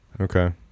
Okay